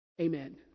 Amen